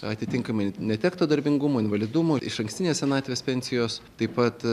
atitinkamai netekto darbingumo invalidumo išankstinės senatvės pensijos taip pat